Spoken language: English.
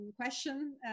question